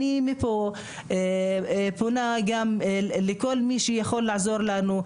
מפה אני פונה לכל מי שיכול לעזור לנו,